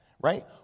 right